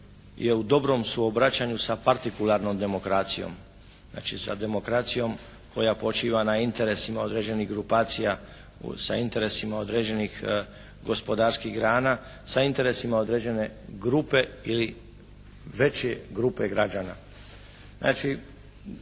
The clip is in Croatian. u dobrom suobraćanju sa partikularnom demokracijom. Znači sa demokracijom koja počiva na interesima određenih grupacija, sa interesima određenih gospodarskih grana, sa interesima određene grupe ili veće grupe građana.